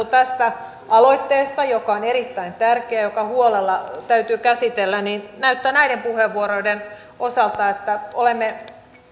tästä aloitteesta joka on erittäin tärkeä ja joka huolella täytyy käsitellä näyttää näiden puheenvuorojen osalta että olemme